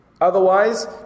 Otherwise